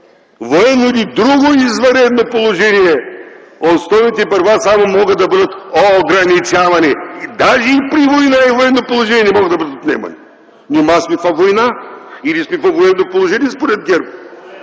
военно или друго извънредно положение основните права само могат да бъдат ограничавани. Даже и при война и при военно положение не могат да бъдат отнемани. Нима сме във война, или сме във военно положение според ГЕРБ